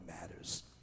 matters